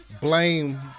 blame